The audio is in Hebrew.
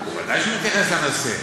בוודאי שהוא מתייחס לנושא.